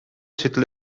titel